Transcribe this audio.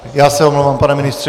Já se omlouvám, pane ministře.